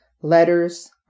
letters